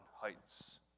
heights